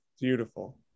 beautiful